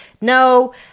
no